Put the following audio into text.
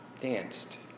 danced